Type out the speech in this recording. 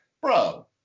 bro